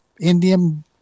Indian